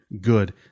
good